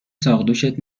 ساقدوشت